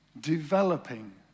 developing